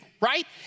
right